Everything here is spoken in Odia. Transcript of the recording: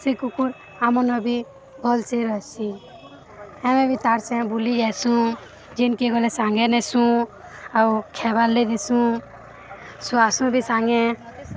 ସେ କୁକୁର ଆମ ବି ଭଲରେ ରହିଛି ଆମେ ବି ତାର ସାଙ୍ଗେ ବୁଲି ଆସୁ ଯେଉଁଠିକି ଗଲେ ସାଙ୍ଗରେ ନେଉଛୁ ଆଉ ଖାଇବାର ଲାଗି ଦେଉଛୁ ଶୁଆଶୁଇ ବି ସାଙ୍ଗରେ